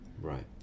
Right